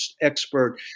expert